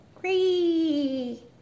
great